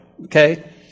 okay